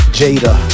jada